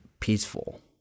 peaceful